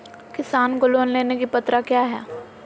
किसान को लोन लेने की पत्रा क्या है?